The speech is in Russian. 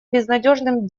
безнадежным